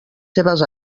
seues